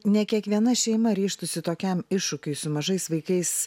ne kiekviena šeima ryžtųsi tokiam iššūkiui su mažais vaikais